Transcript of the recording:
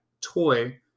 toy